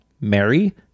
Mary